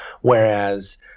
whereas